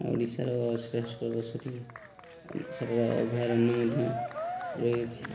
ଓଡ଼ିଶାର ଶ୍ରେଷ୍ଠ ଦଶଟି ସେଠାରେ ଅଭୟାରଣ୍ୟ ମଧ୍ୟ ରହିଅଛି